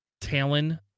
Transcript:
TALON